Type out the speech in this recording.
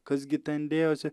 kas gi ten dėjosi